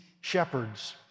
shepherds